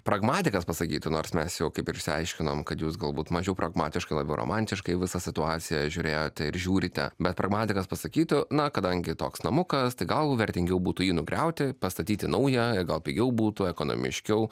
pragmatikas pasakytų nors mes jau kaip ir išsiaiškinom kad jūs galbūt mažiau pragmatiškai labiau romantiškai visą situaciją žiūrėjote ir žiūrite bet pragmatikas pasakytų na kadangi toks namukas tai gal vertingiau būtų jį nugriauti pastatyti naują gal pigiau būtų ekonomiškiau